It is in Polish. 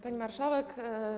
Pani Marszałek!